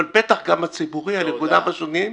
אבל בטח גם האזרחי על ארגוניו השונים,